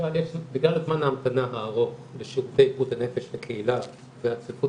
בגלל זמן ההמתנה הארוך לשירותי בריאות הנפש בקהילה והצפיפות